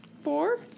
four